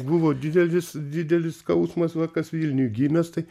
buvo didelis didelis skausmas va kas vilniuj gimęs tai